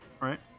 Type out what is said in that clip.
right